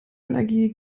energie